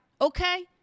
Okay